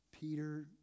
Peter